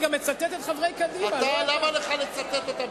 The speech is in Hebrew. אני גם מצטט את חברי קדימה,